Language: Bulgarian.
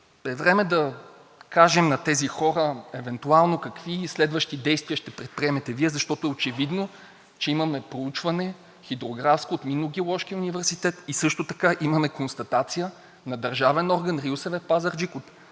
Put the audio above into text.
Време е да кажем на тези хора, евентуално, какви следващи действия ще предприемете Вие, защото е очевидно, че имаме хидрографско проучване от Минно-геоложкия университет и също така имаме констатация на държавен орган РИОСВ – Пазарджик, от